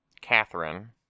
Catherine